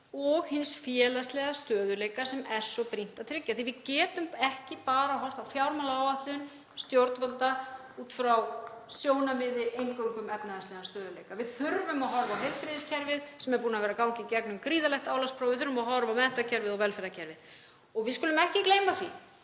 og hins félagslega stöðugleika sem er svo brýnt að tryggja, því við getum ekki horft á fjármálaáætlun stjórnvalda eingöngu út frá sjónarmiði um efnahagslegan stöðugleika. Við þurfum að horfa á heilbrigðiskerfið, sem er búið að vera að ganga í gegnum gríðarlegt álagspróf, við þurfum að horfa á menntakerfið og velferðarkerfið. Við skulum ekki gleyma því